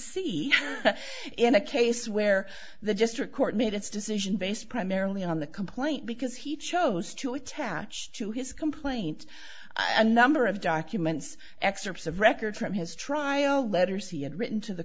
see in a case where the just a court made its decision based primarily on the complaint because he chose to attach to his complaint a number of documents excerpts of record from his trial letters he had written to the